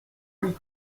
luc